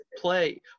play